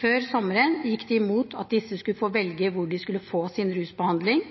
Før sommeren gikk de i mot at disse skulle velge hvor de skulle få sin rusbehandling,